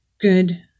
good